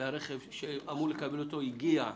ושהרכב שאמור לקבל אותו הגיע,